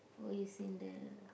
who is in the